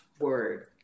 word